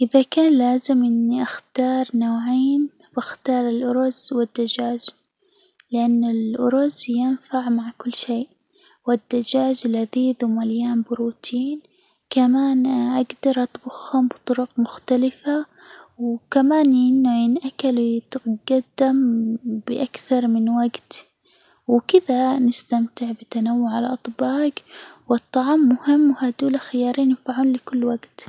إذا كان لازم إني اختار نوعين باختار الأرز والدجاج لأن الأرز ينفع مع كل شيء، والدجاج لذيذ ومليان بروتين، كمان أقدر أطبخهم بطرج مختلفة، و كمان يعني إنه أكل يتقدم بأكثر من وجت، وكذا نستمتع بتنوع الأطباج، والطعام مهم وهدول خيارين ينفعون لكل وجت.